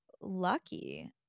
lucky